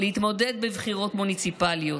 להתמודד בבחירות מוניציפליות,